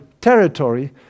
territory